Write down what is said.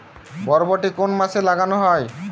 বরবটি কোন মাসে লাগানো হয়?